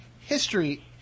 history